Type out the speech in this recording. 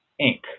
Inc